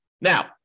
Now